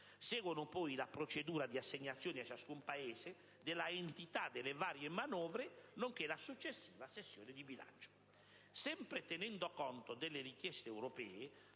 Seguono poi la procedura di assegnazione a ciascun Paese dell'entità delle varie manovre e la successiva sessione di bilancio. Sempre tenendo conto delle richieste europee,